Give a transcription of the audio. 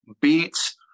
beats